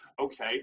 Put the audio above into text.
Okay